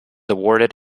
awarded